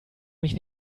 mich